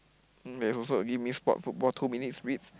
there's also a spot football two minutes reads